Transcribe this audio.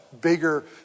bigger